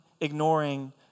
ignoring